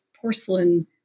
porcelain